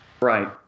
Right